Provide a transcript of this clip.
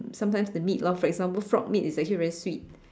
um sometime the meat lor for example frog meat is actually very sweet